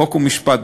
חוק ומשפט,